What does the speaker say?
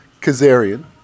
Kazarian